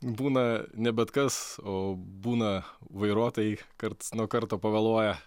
būna ne bet kas o būna vairuotojai karts nuo karto pavėluoja